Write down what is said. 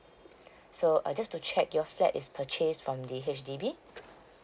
so uh just to check your flat is purchase from the H_D_B